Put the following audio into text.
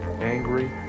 angry